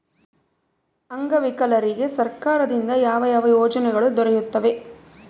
ಅಂಗವಿಕಲರಿಗೆ ಸರ್ಕಾರದಿಂದ ಯಾವ ಯಾವ ಯೋಜನೆಗಳು ದೊರೆಯುತ್ತವೆ?